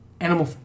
Animal